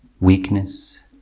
Weakness